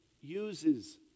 uses